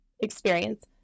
experience